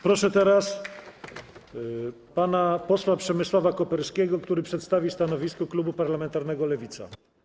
Proszę pana posła Przemysława Koperskiego, który przedstawi stanowisko klubu parlamentarnego Lewica.